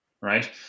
Right